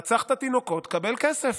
רצחת תינוקות, תקבל כסף.